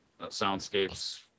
soundscapes